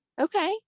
Okay